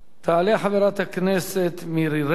תעלה חברת הכנסת מירי רגב,